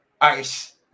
Ice